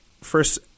first